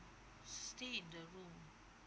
stay in the room